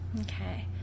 Okay